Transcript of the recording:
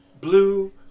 blue